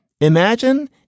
imagine